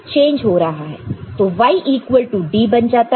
तो Y equal to D बन जाता है